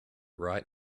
right